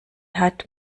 hat